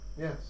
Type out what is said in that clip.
Yes